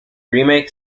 remake